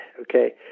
okay